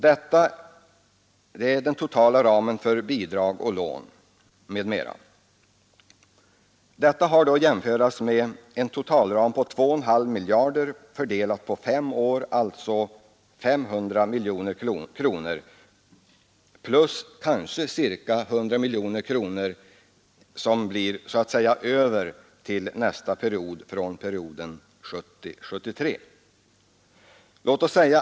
Detta kan jämföras med en propositionens totalram på 2,5 miljarder. Fördelat på fem år, blir det 500 miljoner kronor per år. Därtill kanske kan läggas ca 100 miljoner kronor som så att säga blir över från perioden 1970-1973 till nästa period.